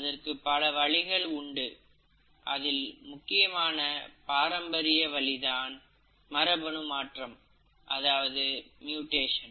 அதற்கு பலவழிகள் உண்டு அதில் முக்கியமான பாரம்பரிய வழி தான் மரபணுமாற்றம் அதாவது மியூட்டேஷன்